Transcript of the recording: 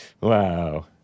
Wow